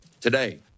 today